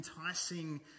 enticing